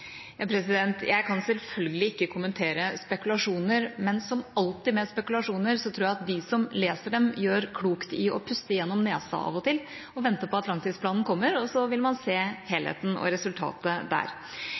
Jeg kan selvfølgelig ikke kommentere spekulasjoner, men som alltid med spekulasjoner, tror jeg de som leser dem, gjør klokt i å puste gjennom nesa av og til og vente på at langtidsplanen kommer, og så vil man se helheten og resultatet der.